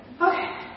Okay